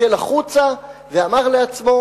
הסתכל החוצה ואמר לעצמו: